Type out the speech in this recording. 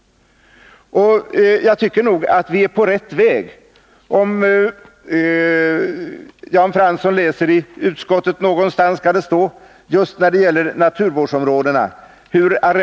Jag tycker nog att vi är på rätt väg. Någonstans i utskottsbetänkandet kan Jan Fransson läsa om hur påtagligt arealen har ökat just när det gäller naturvårdsområden.